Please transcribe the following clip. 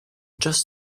just